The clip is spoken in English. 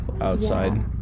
outside